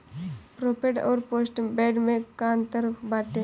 Prepaid अउर postpaid में का अंतर बाटे?